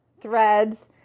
threads